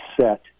set